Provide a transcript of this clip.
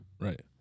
right